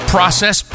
Process